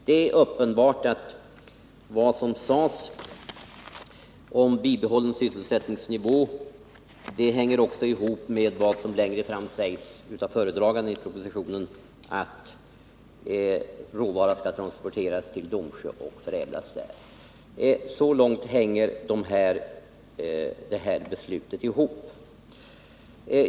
Det är väl också uppenbart att vad som sägs om en bibehållen sysselsättningsnivå hänger samman med vad föredraganden säger i propositionen, nämligen att råvaran skall transporteras till Domsjö och förädlas där. Så långt hänger det här beslutet ihop.